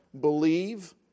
Believe